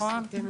מה עשיתם עם זה?